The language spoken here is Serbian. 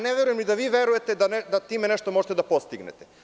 Ne verujem da vi verujte da time nešto možete da postignete?